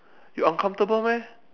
you uncomfortable meh